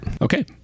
Okay